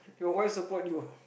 your voice support your